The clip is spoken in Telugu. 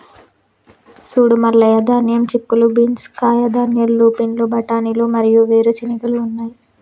సూడు మల్లయ్య ధాన్యం, చిక్కుళ్ళు బీన్స్, కాయధాన్యాలు, లూపిన్లు, బఠానీలు మరియు వేరు చెనిగెలు ఉన్నాయి